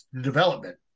development